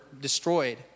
destroyed